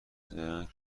زرنگ